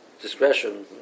discretion